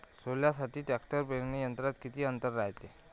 सोल्यासाठी ट्रॅक्टर पेरणी यंत्रात किती अंतर रायते?